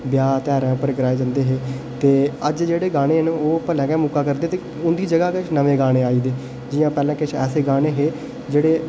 ब्याह् ध्यारें उप्पर गाये जंदे हे ते अज्ज जेह्ड़े गाने न ओह् भलेआं गै मुक्का करदे न ते उं'दी जगह् किश नमें गाने आई गेदे जि'यां पैह्लें किश ऐसे गाने हे जेह्ड़े